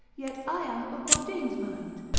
yet i am of bodine's mind,